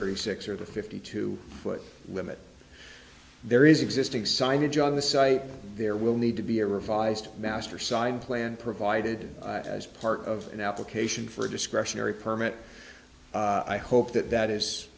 thirty six or the fifty two foot limit there is existing signage on the site there will need to be a revised master signed plan provided as part of an application for a discretionary permit i hope that that is